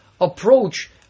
approach